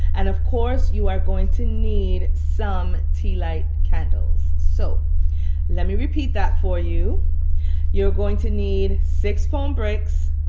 and of course you are going to need some tea light candles. so let me repeat that for you you're going to need six foam bricks,